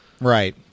right